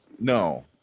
no